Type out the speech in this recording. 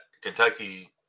Kentucky